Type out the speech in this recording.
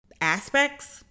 aspects